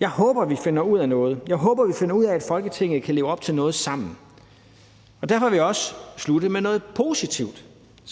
Jeg håber, vi finder ud af noget. Jeg håber, vi finder ud af, at Folketinget kan leve op til noget sammen. Derfor vil jeg også slutte med noget positivt,